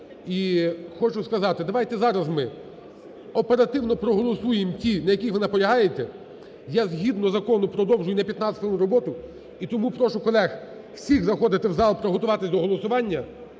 І хочу сказати, давайте зараз ми оперативно проголосуємо ті, на яких ви наполягаєте. Я згідно закону продовжую на 15 хвилин роботу. І тому прошу колег всіх заходити в зал, приготуватись до голосування.